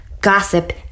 gossip